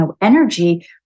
Energy